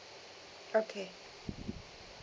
okay